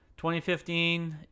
2015